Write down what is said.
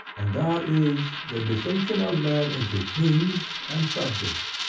and that is, the distinction of men into kings and subjects.